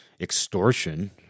extortion